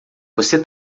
você